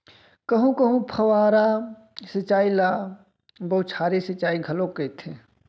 कहूँ कहूँ फव्वारा सिंचई ल बउछारी सिंचई घलोक कहिथे